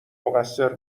مقصر